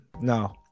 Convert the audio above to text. No